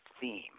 theme